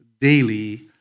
daily